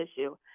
issue